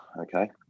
okay